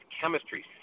chemistry